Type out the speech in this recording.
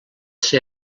ser